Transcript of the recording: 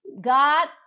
God